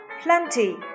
plenty